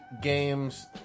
games